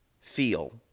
feel